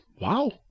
wow